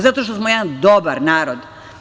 Zato što smo jedan dobar narod.